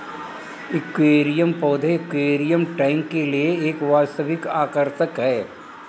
aquarium पौधे aquarium tank के लिए एक वास्तविक आकर्षण है